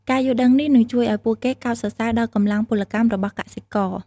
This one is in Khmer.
ការយល់ដឹងនេះនឹងជួយឱ្យពួកគេកោតសរសើរដល់កម្លាំងពលកម្មរបស់កសិករ។